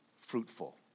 fruitful